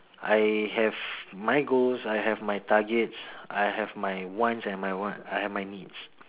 I have my goals I have my targets I have my wants and my want I have my needs